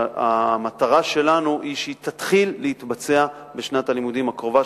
והמטרה שלנו היא שהיא תתחיל להתבצע בשנת הלימודים הקרובה,